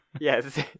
Yes